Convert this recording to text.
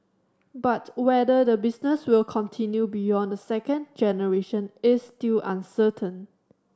but whether the business will continue beyond the second generation is still uncertain